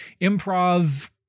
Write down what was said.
improv